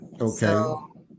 Okay